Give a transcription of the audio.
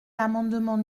l’amendement